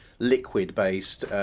liquid-based